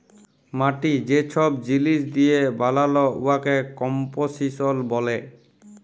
মাটি যে ছব জিলিস দিঁয়ে বালাল উয়াকে কম্পসিশল ব্যলে